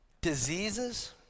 diseases